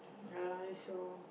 ya lah it's so